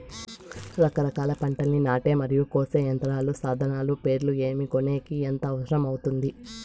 రకరకాల పంటలని నాటే మరియు కోసే యంత్రాలు, సాధనాలు పేర్లు ఏమి, కొనేకి ఎంత అవసరం అవుతుంది?